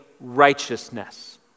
righteousness